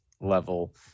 level